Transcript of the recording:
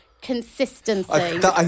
Consistency